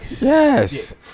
Yes